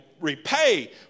repay